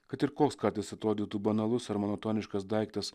kad ir koks kartais atrodytų banalus ar monotoniškas daiktas